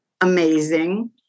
amazing